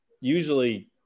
usually